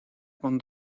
con